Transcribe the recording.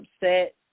upset